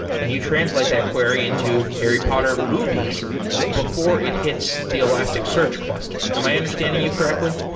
and you translate that query into harry potter movies before it hits the elasticsearch cluster. am i understanding you correctly?